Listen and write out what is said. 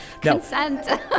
Consent